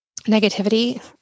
negativity